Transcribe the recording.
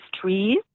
trees